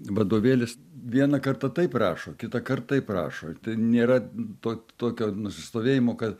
vadovėlis vieną kartą taip rašo kitąkart taip rašo tai nėra to tokio nusistovėjimo ka